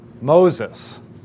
Moses